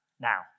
now